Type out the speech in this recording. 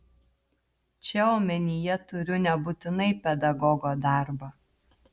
čia omenyje turiu nebūtinai pedagogo darbą